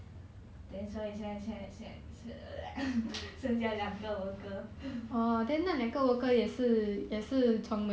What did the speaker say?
then 所以现在现在现在现在剩下两个 worker